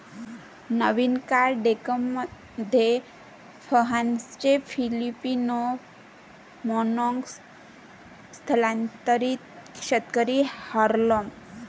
नवीन card डेकमध्ये फाहानचे Filipino manong स्थलांतरित शेतकरी हार्लेम